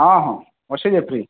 ହଁ ହଁ ଅଛି ଯେ ଫ୍ରି